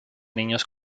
niños